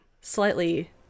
slightly